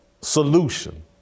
solution